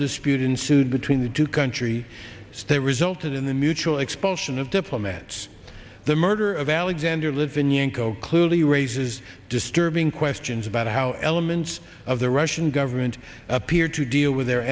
dispute ensued between the two countries stay resulted in the mutual expulsion of diplomats the murder of alexander litvinenko clearly raises disturbing questions about how elements of the russian government appear to deal with their